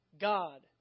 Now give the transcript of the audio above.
God